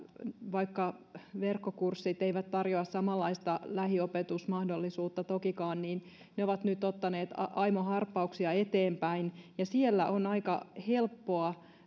vaikka verkkokurssit eivät tarjoa samanlaista lähiopetusmahdollisuutta tokikaan niin ne ovat nyt ottaneet aimo harppauksia eteenpäin ja siellä on aika helppoa